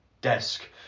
desk